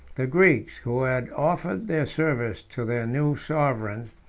the greeks, who had offered their service to their new sovereigns,